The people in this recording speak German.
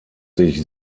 sich